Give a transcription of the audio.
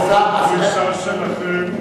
בכל דרישה שלכם,